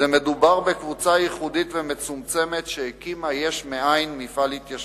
מדובר בקבוצה ייחודית ומצומצמת שהקימה יש מאין מפעל התיישבותי,